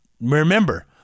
remember